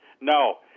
No